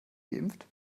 geimpft